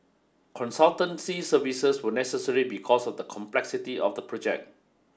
consultancy services were necessary because of the complexity of the project